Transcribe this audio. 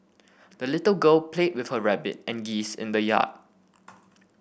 the little girl played with her rabbit and geese in the yard